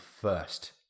first